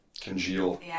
Congeal